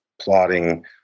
plotting